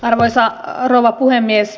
arvoisa rouva puhemies